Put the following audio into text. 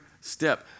step